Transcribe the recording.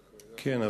כן,